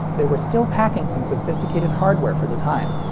they were still packing some sophisticated hardware for the time.